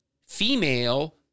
female